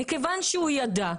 מכיוון שהוא ידע,